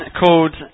called